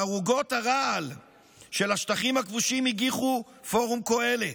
מערוגות הרעל של השטחים הכבושים הגיחו פורום קהלת,